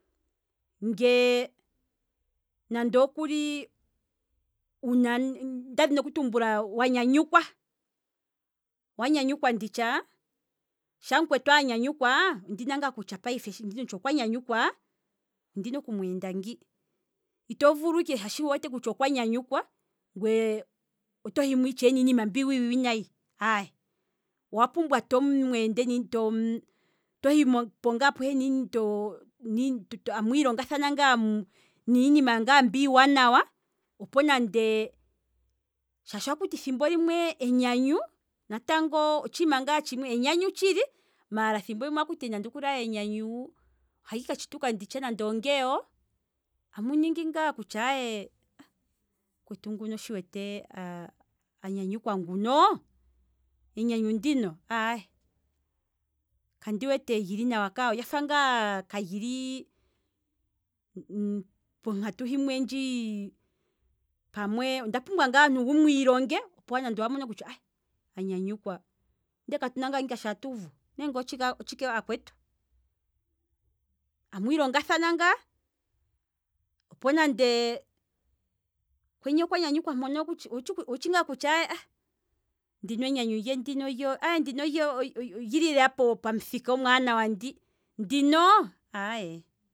Nge nande okuli nda dhini oku tumbula, wa nyanyukwa, owa nyanyukwa nditsha, shaa m'kwetu anyanyukwa, ondi wete ngaa kutya payife okwa nyanyukwa ondina okumweenda ngi, ino ninga ike shaashi wu wete kutya okwa nyanyukwa. ngweye oto himo itshewe niinima mbi iiwinayi, aye, owa pumbwa to mweende amwiilongathana ngaa niinima mbi iiwanawa, shaashi akuti thimbo limwe enyanyu otshiima ngaa tshimwe, enyanyu tshili maala thimbo limwe akuti enyanyu ali katshituka nande ongeyo, amu ningi ngaa kutya aye, m'kwetu nguno sho wu wete anyanyukwa nguno, enyanyu ndino kandi wete lyili nawa, olyafa ngaa kalili ponkatu himwe ndjii, owa pumbwa wu mwiilonge, opo nande owa mono kutya ah anyanyukwa ndee katuna ngaa shoka atuuvu nenge otshike aakwetu, amwiilonga thana ngaa, opo nande m'kweni okwa nyanyukwa mpono owutshitshi ngaa, ndino enyanyu ndino olyopamuthika omwaanawa ashike enyanyu ndino aaye